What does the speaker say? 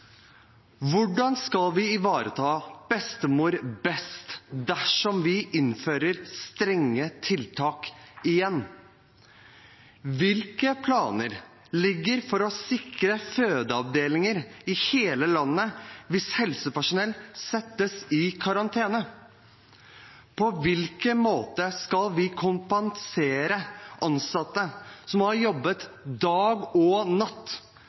Hvordan skal vi ivareta bestemor best dersom vi innfører strenge tiltak igjen? Hvilke planer ligger for å sikre fødeavdelinger i hele landet hvis helsepersonell settes i karantene? På hvilken måte skal vi kompensere ansatte som har jobbet dag og natt?